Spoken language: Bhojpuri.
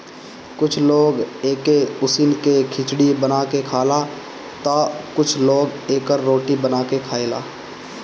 कुछ लोग एके उसिन के खिचड़ी बना के खाला तअ कुछ लोग एकर रोटी बना के खाएला